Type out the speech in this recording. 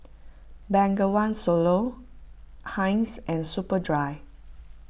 Bengawan Solo Heinz and Superdry